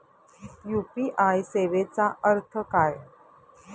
UPI सेवेचा अर्थ काय?